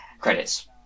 Credits